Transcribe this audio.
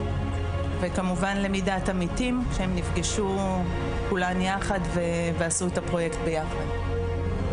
וכמובן למידת עמיתים כשהם נפגשו כולן יחד ועשו את הפרוייקט ביחד.